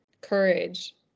courage